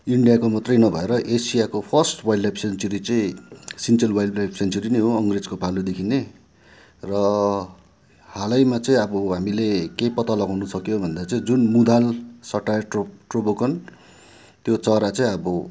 इन्डियाको मात्रै नभएर एसियाको फर्स्ट वाइल्ड लाइफ सेन्चुरी चाहिँ सिन्चेल वाइल्ड लाइफ सेन्चुरी नै हो अङ्ग्रेजको पालोदेखि नै र हालमा चाहिँ अब हामीले के पता लगाउन सक्यौँ भन्दा जुन मुदाल सटायर ट्रो ट्रोभोकन त्यो चरा चाहिँ अब